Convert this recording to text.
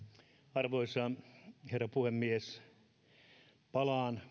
arvoisa herra puhemies palaan